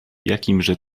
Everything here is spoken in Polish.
jakimże